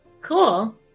cool